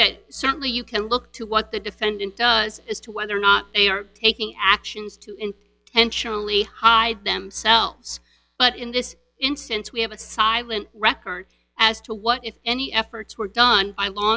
that certainly you can look to what the defendant does as to whether or not they are taking actions to in tension only hide themselves but in this instance we have a silent record as to what if any efforts were done by law